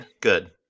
Good